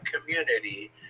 community